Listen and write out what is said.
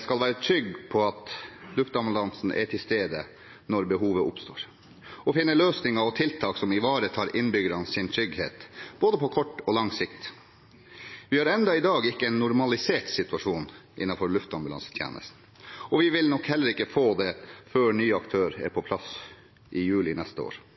skal være trygge på at luftambulansen er til stede når behovet oppstår, og at man finner løsninger og tiltak som ivaretar innbyggernes trygghet både på kort og lang sikt. Vi har i dag ennå ikke en normalisert situasjon i luftambulansetjenesten. Vi vil nok heller ikke få det før ny aktør er på plass i juli neste år.